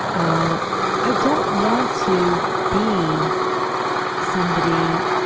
ah i don't want to be somebody